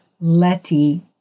Letty